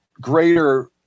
greater